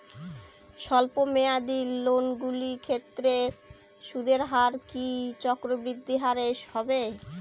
স্বল্প মেয়াদী লোনগুলির ক্ষেত্রে সুদের হার কি চক্রবৃদ্ধি হারে হবে?